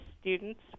students